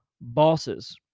bosses